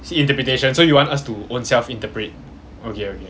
see interpretation so you want us to oneself interpret okay okay